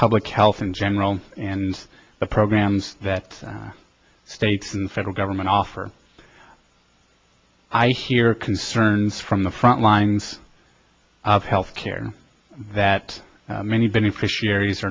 public health in general and the programs that states and federal government offer i hear concerns from the front lines of health care that many beneficiaries